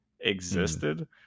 existed